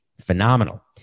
Phenomenal